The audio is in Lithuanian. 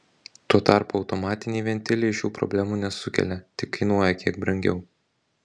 tuo tarpu automatiniai ventiliai šių problemų nesukelia tik kainuoja kiek brangiau